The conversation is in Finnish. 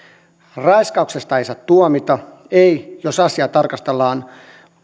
raiskauksesta ei saa tuomita ei jos asiaa tarkastellaan